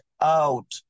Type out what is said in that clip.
out